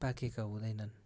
पाकेका हुँदैनन्